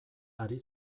ari